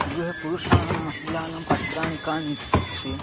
गृहे पुरुषाणां महिलानां पात्राणि कानीत्युक्ते